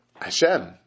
Hashem